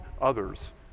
others